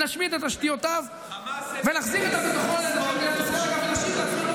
נשמיד את תשתיותיו ונחזיר את הביטחון לאזרחי מדינת ישראל,